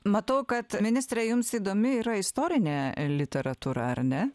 matau kad ministre jums įdomi yra istorinė literatūra ar ne